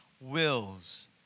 wills